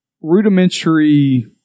rudimentary